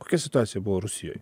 kokia situacija buvo rusijoj